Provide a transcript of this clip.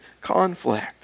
conflict